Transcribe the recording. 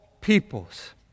peoples